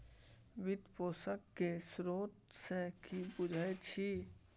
वित्त पोषण केर स्रोत सँ कि बुझै छी